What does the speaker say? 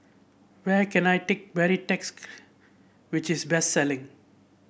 Where can I take Baritex which is best selling